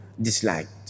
disliked